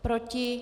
Proti?